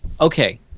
okay